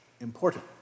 important